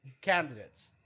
candidates